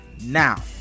now